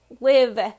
live